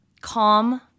calm